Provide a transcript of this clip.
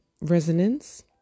resonance